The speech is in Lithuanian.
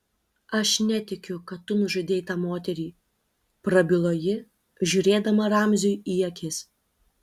aš netikiu kad tu nužudei tą moterį prabilo ji žiūrėdama ramziui į akis